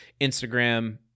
instagram